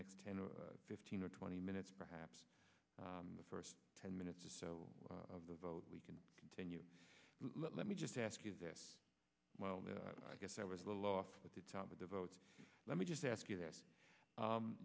next ten or fifteen or twenty minutes perhaps the first ten minutes or so of the vote we can continue let me just ask you this well now i guess i was a little off the top with the vote let me just ask you this